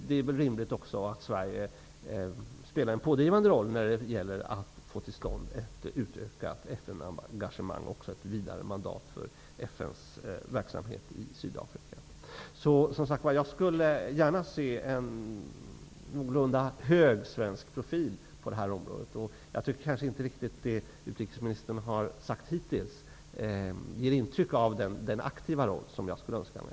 Det är också rimligt att Sverige spelar en pådrivande roll när det gäller att få till stånd ett utökat FN-engagemang och ett vidare mandat för FN:s verksamhet i Jag skulle gärna se en någorlunda hög svensk profil på det här området. Jag tycker kanske inte riktigt att det utrikesministern har sagt hittills ger intryck av den aktiva roll som jag skulle önska mig.